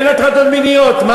אין הטרדות מיניות.